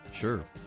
Sure